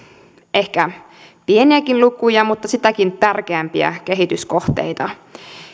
ehkä pieniäkin lukuja mutta sitäkin tärkeämpiä kehityskohteita